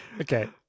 Okay